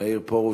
מאיר פרוש.